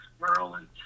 Maryland